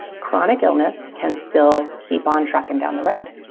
chronic illness can still keep on trucking down the road.